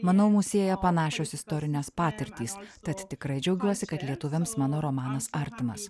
manau mus sieja panašios istorinės patirtys tad tikrai džiaugiuosi kad lietuviams mano romanas artimas